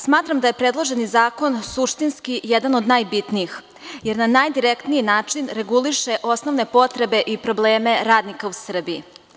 Smatram da je predloženi zakon suštinski jedan od najbitnijih, jer na najdirektniji način reguliše osnovne potrebe i probleme radnika u Srbiji.